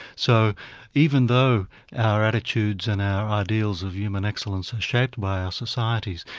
so even though our attitudes and our ideals of human excellence are shaped by our societies,